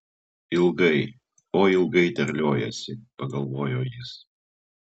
ilgai oi ilgai terliojasi pagalvojo jis